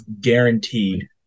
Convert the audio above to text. guaranteed